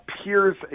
appears